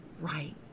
right